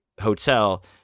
hotel